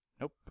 nope